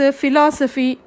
philosophy